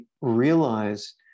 realize